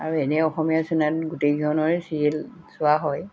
আৰু এনে অসমীয়া চেনেল গোটেইকেইখনৰে ছিৰিয়েল চোৱা হয়